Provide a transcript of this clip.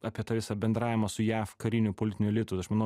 apie tą visą bendravimą su jav kariniu politiniu elitu aš manau